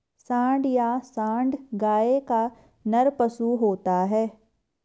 सांड या साँड़ गाय का नर पशु होता है